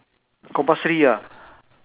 compulsory ah